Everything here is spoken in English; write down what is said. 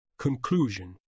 Conclusion